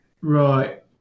Right